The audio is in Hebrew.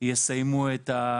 ויסיימו את,